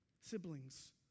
Siblings